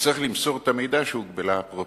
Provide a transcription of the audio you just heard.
שצריך למסור את המידע שהוגבלה האפוטרופסות?